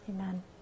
Amen